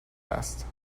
است